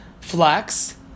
flax